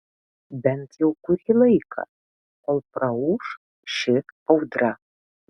bent jau kurį laiką kol praūš ši audra